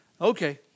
okay